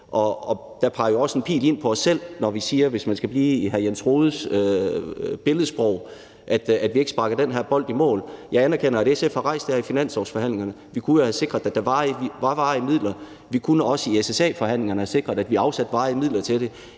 i hr. Jens Rohdes billedsprog, at vi ikke sparker den her bold i mål. Jeg anerkender, at SF har rejst det her i finanslovsforhandlingerne. Vi kunne jo have sikret, at der var varige midler. Vi kunne også i SSA-forhandlingerne have sikret, at vi afsatte varige midler til det.